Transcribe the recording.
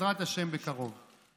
בעזרת השם, בקרוב.